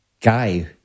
guy